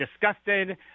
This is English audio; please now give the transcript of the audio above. disgusted